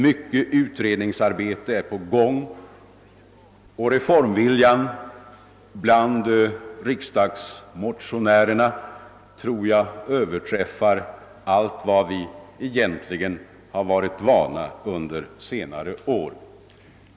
Mycket utredningsarbete pågår, och reformviljan bland riksdagsmotionärerna tror jag överträffar allt vad vi har varit vana vid under senare år.